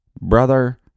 brother